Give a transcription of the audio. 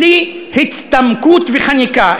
בלי הצטמקות וחניקה,